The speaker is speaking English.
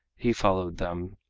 he followed them,